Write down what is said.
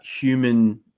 human